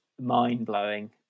mind-blowing